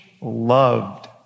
loved